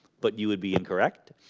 but you would be incorrect